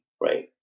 right